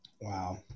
Wow